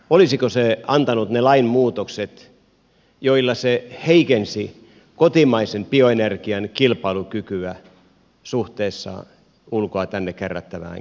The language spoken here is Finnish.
olisiko se antanut ne lainmuutokset joilla se heikensi kotimaisen bioenergian kilpailukykyä suhteessa ulkoa tänne kärrättävään kivihiileen